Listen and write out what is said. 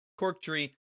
Corktree